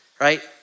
Right